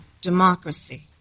democracy